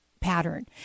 pattern